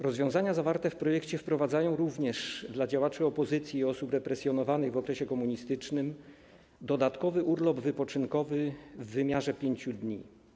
Rozwiązania zawarte w projekcie wprowadzają również dla działaczy opozycji i osób represjonowanych w okresie komunistycznym dodatkowy urlop wypoczynkowy w wymiarze 5 dni.